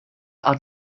are